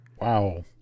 Wow